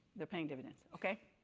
they are paying dividends, okay?